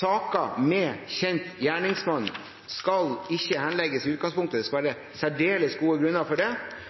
Saker med kjent gjerningsmann skal i utgangspunktet ikke henlegges, det skal være særdeles gode grunner for det.